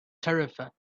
tarifa